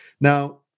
Now